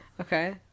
Okay